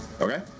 Okay